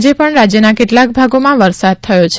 આજે પણ રાજ્યના કેટલાંક ભાગોમાં વરસાદ થયો છે